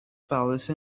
palace